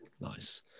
Nice